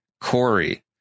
Corey